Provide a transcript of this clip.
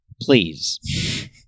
Please